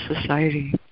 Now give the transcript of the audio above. Society